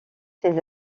ces